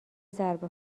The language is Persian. ضربه